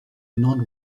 non